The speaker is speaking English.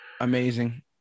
Amazing